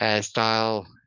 style